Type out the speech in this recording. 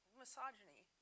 misogyny